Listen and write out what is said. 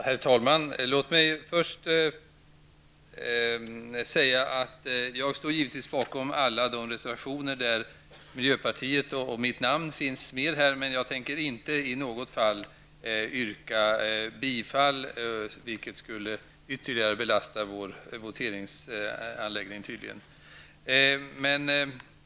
Herr talman! Låt mig först säga att jag givetvis står bakom alla de reservationer där miljöpartiet och mitt namn finns med, men jag tänker inte i något fall yrka bifall till någon sådan reservation, vilket ytterligare skulle belasta vår voteringsanläggning.